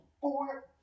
four